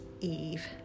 Eve